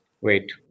Wait